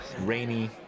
rainy